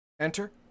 Enter